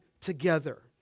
together